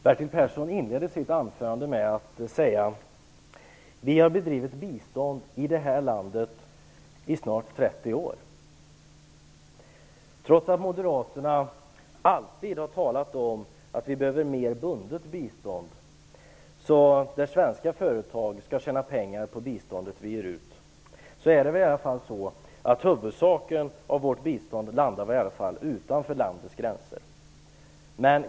Fru talman! Bertil Persson inledde sitt anförande med att säga att vi har bedrivit bistånd i detta land i snart 30 år. Trots att Moderaterna alltid har talat om att det behövs mer bundet bistånd - svenska företag skall tjäna pengar på det bistånd vi ger ut - landar väl i alla fall huvuddelen av biståndet utanför landets gränser.